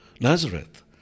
Nazareth